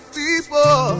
people